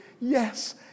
yes